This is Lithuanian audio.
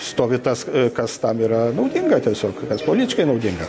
stovi tas kas tam yra naudinga tiesiog kas politiškai naudinga